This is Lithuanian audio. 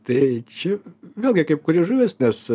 tai čia vėlgi kaip kuri žuvis nes